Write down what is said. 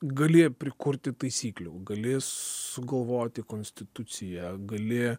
gali prikurti taisyklių gali sugalvoti konstituciją gali